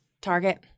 Target